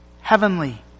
heavenly